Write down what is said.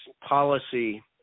policy